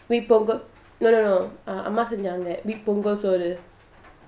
காலைல:kalaila no no no uh அம்மாசெஞ்சாங்கபொங்கல்சோறு:amma senjanga pongal soru